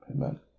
Amen